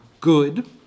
good